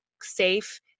safe